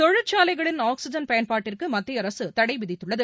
தொழிற்சாலைகளின் oxygen பயன்பாட்டிற்கு மத்திய அரசு தடை விதித்துள்ளது